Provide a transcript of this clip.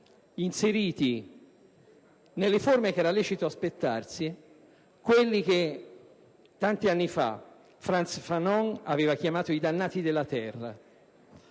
inseriti - nelle forme che era facile aspettarsi - quelli che, tanti anni fa, Frantz Fanon aveva chiamato i "dannati della terra".